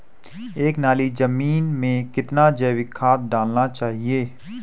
एक नाली जमीन में कितना जैविक खाद डालना चाहिए?